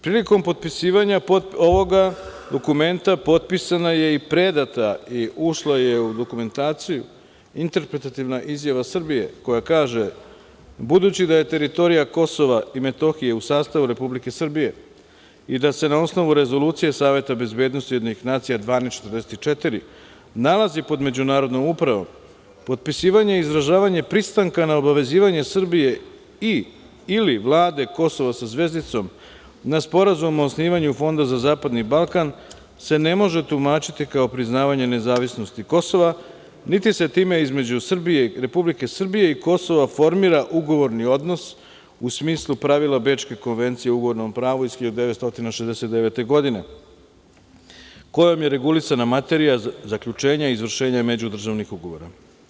Prilikom potpisivanja ovoga dokumenta potpisana je i predata i ušla je u dokumentaciju interpretativna izjava Srbije, koja kaže – Budući da je teritorija Kosova i Metohije u sastavu Republike Srbije i da se na osnovu Rezolucije Saveta bezbednosti UN 1244 nalazi pod međunarodnom upravom, potpisivanje, izražavanje pristanka na obavezivanje Srbije i ili vlade Kosovo sa zvezdicom na sporazum o osnivanju Fonda za zapadni Balkan se ne može tumačiti kao priznavanje nezavisnosti Kosova niti se time između Republike Srbije i Kosova formira ugovorni odnos u smislu pravila Bečke konvencije o ugovornom pravu iz 1969. godine kojom je regulisana materija zaključenja i izvršenja međudržavnih ugovora.